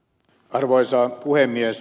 arvoisa puhemies